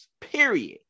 Period